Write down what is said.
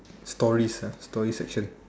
stories ah story section